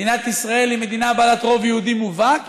מדינת ישראל היא מדינה בעלת רוב יהודי מובהק.